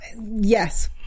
Yes